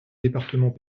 département